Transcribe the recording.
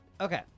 Okay